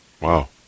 Wow